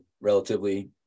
relatively